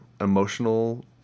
emotional